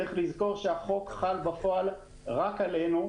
צריך לזכור שהחוק חל בפועל רק עלינו.